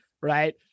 right